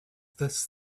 this